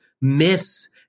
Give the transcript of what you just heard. myths